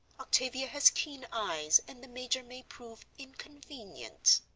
octavia has keen eyes, and the major may prove inconvenient.